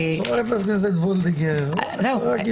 חברת הכנסת וולדיגר, הכול בסדר.